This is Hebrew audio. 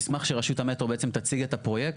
נשמח שרשות המטרו תציג את הפרויקט,